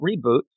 reboot